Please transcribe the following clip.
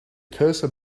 cursor